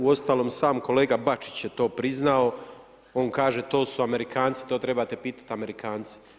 Uostalom, sam kolega Bačić je to priznao, on kaže to su Amerikanci, to trebate Amerikance.